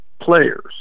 players